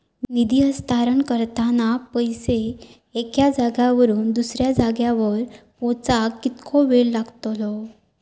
निधी हस्तांतरण करताना पैसे एक्या जाग्यावरून दुसऱ्या जाग्यार पोचाक कितको वेळ लागतलो?